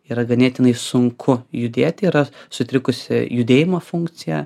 yra ganėtinai sunku judėti yra sutrikusi judėjimo funkcija